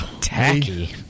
Tacky